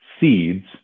seeds